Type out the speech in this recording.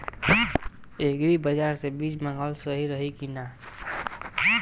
Agri बाज़ार से बीज मंगावल सही रही की ना?